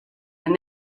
and